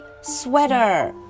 sweater